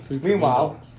Meanwhile